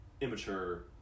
immature